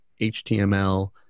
HTML